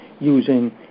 using